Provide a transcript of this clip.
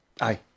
Aye